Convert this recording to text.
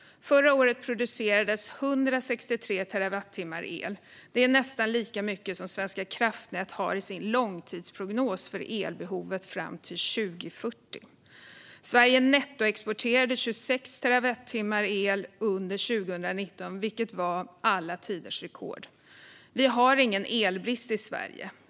Förra året producerades 163 terawattimmar el. Det är nästan lika mycket som Svenska kraftnät har i sin långtidsprognos för elbehovet 2040. Sverige nettoexporterade 26 terawattimmar el under 2019, vilket är alla tiders rekord. Vi har ingen elbrist i Sverige.